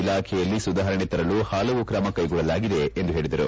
ಇಲಾಖೆಯಲ್ಲಿ ಸುಧಾರಣೆ ತರಲು ಹಲವು ಕ್ರಮ ಕೈಕೊಳ್ಳಲಾಗಿದೆ ಎಂದು ಹೇಳಿದರು